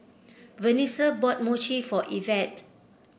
Venessa bought Mochi for Ivette